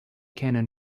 cannon